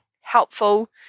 helpful